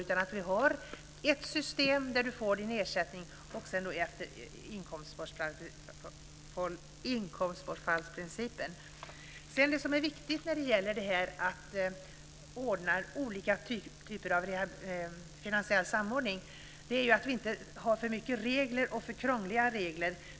Vi vill i stället ha ett system där du får din ersättning efter inkomstbortfallsprincipen. Det som är viktigt när det gäller att ordna olika typer av finansiell samordning är att vi inte har för mycket regler och för krångliga regler.